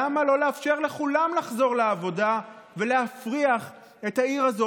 למה לא לאפשר לכולם לחזור לעבודה ולהפריח את העיר הזאת,